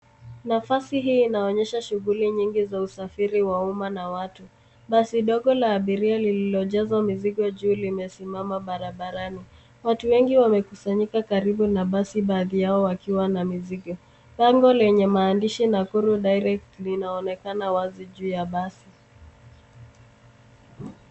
Nafasi hii inaonyesha shughuli nyingi za usafiri wa umma na watu. Basi ndogo la abiria lililojazwa mizigo juu limesimama barabarani. Watu wengi wamekusanyika karibu na basi baadhi yao wakiwa na mizigo. Bango lenye maandishi, Nakuru direct, linaonekana wazi juu ya basi.